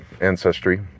ancestry